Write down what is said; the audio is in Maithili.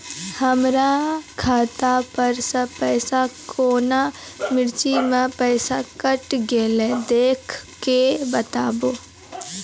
हमर खाता पर से पैसा कौन मिर्ची मे पैसा कैट गेलौ देख के बताबू?